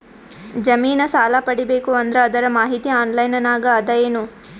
ಜಮಿನ ಸಾಲಾ ಪಡಿಬೇಕು ಅಂದ್ರ ಅದರ ಮಾಹಿತಿ ಆನ್ಲೈನ್ ನಾಗ ಅದ ಏನು?